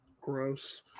Gross